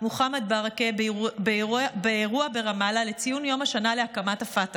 מוחמד ברכה באירוע ברמאללה לציון יום השנה להקמת הפתח